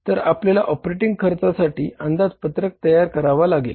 तर आपल्याला ऑपरेटिंग खर्चासाठी अंदाजपत्रक तयार करावा लागेल